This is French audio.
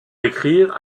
écrire